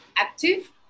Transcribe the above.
active